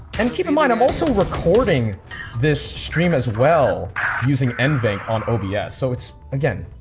and keep in mind i'm also recording this stream as well using nvenc on obs yeah so it's again,